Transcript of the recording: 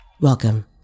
Welcome